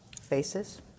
Faces